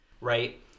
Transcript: right